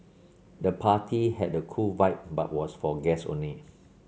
the party had a cool vibe but was for guest only